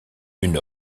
une